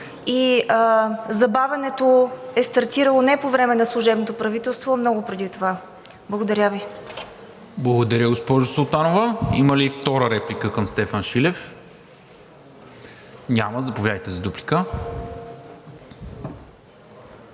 забавянето е стартирало не по време на служебното правителство, а много преди това. Благодаря Ви. ПРЕДСЕДАТЕЛ НИКОЛА МИНЧЕВ: Благодаря, госпожо Султанова. Има ли втора реплика към Стефан Шилев? Няма. Заповядайте за дуплика.